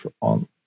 on